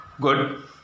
good